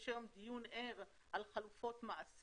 יש היום דיון ער על חלופות מאסר.